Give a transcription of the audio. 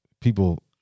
people